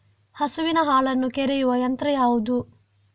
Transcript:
ಹಸುವಿನ ಹಾಲನ್ನು ಕರೆಯುವ ಯಂತ್ರ ಯಾವುದು?